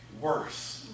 worse